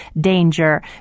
danger